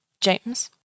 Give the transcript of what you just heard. James